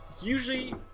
Usually